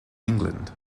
england